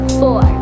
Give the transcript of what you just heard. four